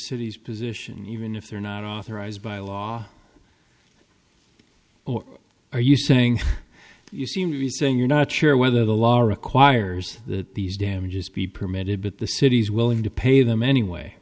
city's position even if they're not authorized by law or are you saying you seem to be saying you're not sure whether the law requires that these damages be permitted but the city's willing to pay them anyway